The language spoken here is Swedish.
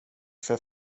för